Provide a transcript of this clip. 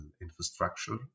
infrastructure